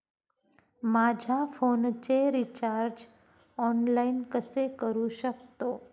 माझ्या फोनचे recharge online कसे करू शकतो?